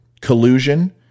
Collusion